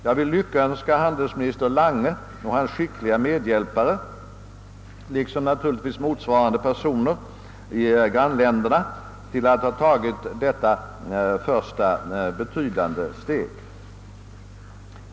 Jag vill lyckönska handelsminister Lange och hans skickliga medhjälpare liksom naturligtvis motsvarande personer i grannländerna till att ha tagit detta första betydande steg.